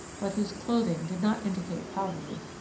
but whose clothing did not indicate poverty,